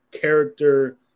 character